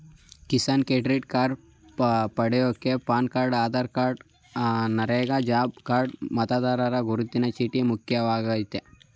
Kisan credit card ಪಡ್ಯೋಕೆ PAN card Aadhaar card NREGA job card ಮತದಾರರ ಗುರುತಿನ ಚೀಟಿ ಮುಖ್ಯವಾಗಯ್ತೆ